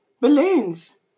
balloons